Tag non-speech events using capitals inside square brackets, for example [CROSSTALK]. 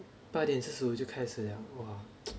八点四十五就开始 liao !wah! [NOISE]